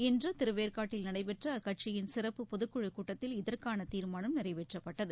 இன்று திருவேற்காட்டில் நடைபெற்ற அக்கட்சியின் சிறப்பு பொதுக்குழு கூட்டத்தில் இதற்கான தீர்மானம் நிறைவேற்றப்பட்டது